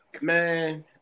man